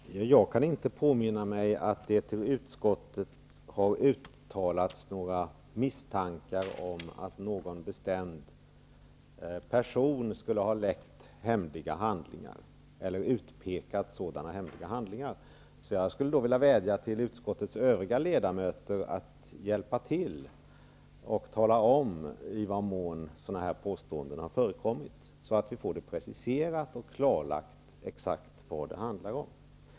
Fru talman! Jag kan inte påminna mig att det i utskottet har uttalats några misstankar om att någon bestämd person skulle ha läckt eller utpekat hemliga handlingar. Jag skulle vilja vädja till utskottets övriga ledamöter att hjälpa till och tala om i vad mån sådana påståenden har förekommit, så att vi får preciserat och klarlagt exakt vad det handlar om.